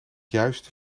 juiste